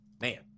Man